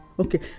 okay